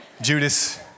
Judas